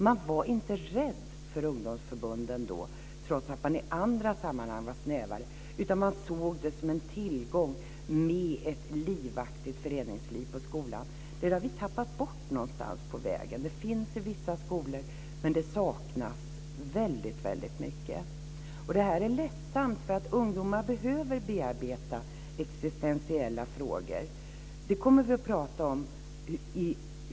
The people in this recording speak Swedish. Man var inte rädd för ungdomsförbunden då, trots att man i andra sammanhang var snävare, utan man såg ett livaktigt föreningsliv på skolan som en tillgång. Det har vi tappat bort någonstans på vägen. Det finns i vissa skolor, men det saknas väldigt mycket. Det här är ledsamt, för ungdomar behöver bearbeta existentiella frågor.